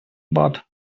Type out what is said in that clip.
but